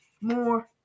more